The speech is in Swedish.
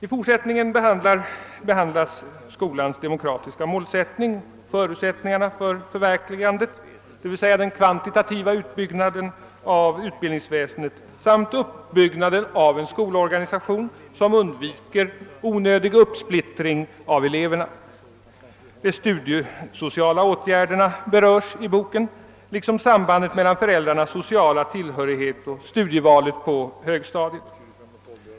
I fortsättningen behandlas skolans demokratiska målsättning och förutsättningarna för dennas förverkligande, d.v.s. den kvantitativa utbildningen av utbildningsväsendet samt uppbyggnaden av en skolorganisation som undviker onödig uppsplittring av eleverna. De studiesociala åtgärderna berörs i boken liksom sambandet mellan föräldrarnas sociala tillhörighet och studievalet på högstadiet.